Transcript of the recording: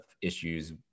issues